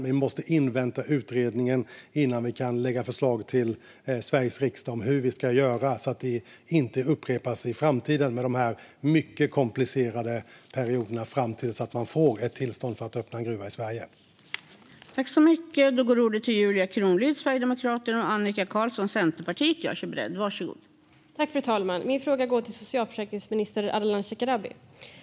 Vi måste invänta utredningen innan vi kan lägga fram förslag till Sveriges riksdag om hur vi ska göra för att de här mycket komplicerade perioderna fram till att man får tillstånd att öppna en gruva i Sverige inte ska upprepas i framtiden.